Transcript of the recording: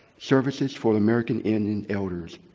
services for american indian elders.